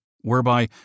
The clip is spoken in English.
whereby